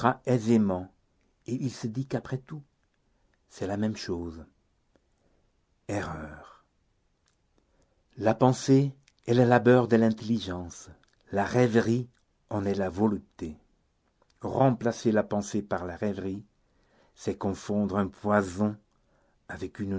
aisément et il se dit qu'après tout c'est la même chose erreur la pensée est le labeur de l'intelligence la rêverie en est la volupté remplacer la pensée par la rêverie c'est confondre un poison avec une